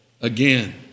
Again